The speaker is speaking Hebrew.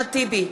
אחמד טיבי,